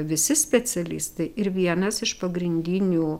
visi specialistai ir vienas iš pagrindinių